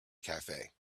cafe